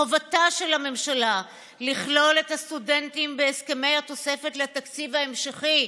חובתה של הממשלה לכלול את הסטודנטים בהסכמי התוספת לתקציב ההמשכי,